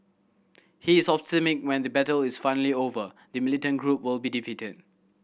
he is optimistic when the battle is finally over the militant group will be defeated